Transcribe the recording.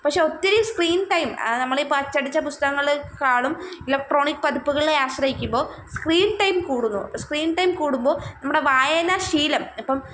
പക്ഷെ ഒത്തിരി screen time നമ്മൾ ഇപ്പം അച്ചടിച്ച പുസ്തകങ്ങളെക്കാളും ഇലക്ട്രോണിക് പതിപ്പുകളെ ആശ്രയിക്കുമ്പം സ്ക്രീന് ടൈം കൂടുന്നു സ്ക്രീൻ ടൈം കൂടുമ്പോൾ നമ്മുടെ വായനാശീലം ഇപ്പം